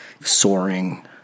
soaring